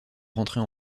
rentrer